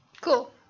Cool